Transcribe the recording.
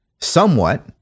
somewhat